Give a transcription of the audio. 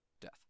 Death